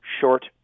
short